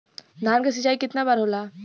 धान क सिंचाई कितना बार होला?